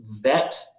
vet